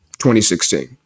2016